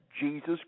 Jesus